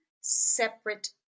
separate